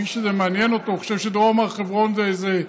מי שזה מעניין אותו וחושב שדרום הר חברון זה איזה,